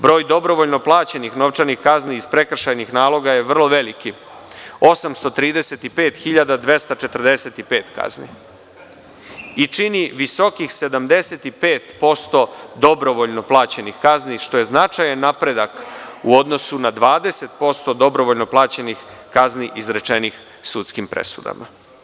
Broj dobrovoljno plaćenih novčanih kazni iz prekršajnih naloga je vrlo veliki, 835.245 kazni i čini visokih 75% dobrovoljno plaćenih kazni, što je značajan napredak u odnosu na 20% dobrovoljno plaćenih kazni izrečenih sudskim presudama.